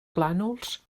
plànols